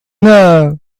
know